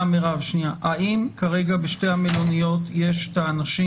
האם כרגע בשתי המלוניות יש את האנשים?